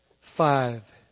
Five